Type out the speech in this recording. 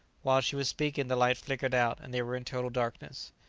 while she was speaking the light flickered out, and they were in total darkness.